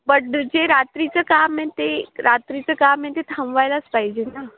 but दे जे रात्रीचं काम आहे ते रात्रीचं काम आहे ते थांबवायलाच पाहिजे ना